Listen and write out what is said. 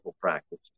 practice